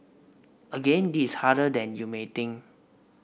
again this is harder than you may think